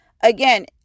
Again